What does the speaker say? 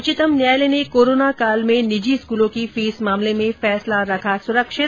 उच्चतम न्यायालय ने कोरोना काल में निजी स्कूलों की फीस मामले में फैसला रखा सुरक्षित